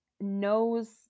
knows